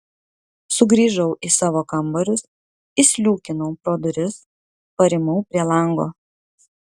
sugrįžau į savo kambarius įsliūkinau pro duris parimau prie lango